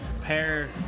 pair